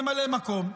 ממלא מקום,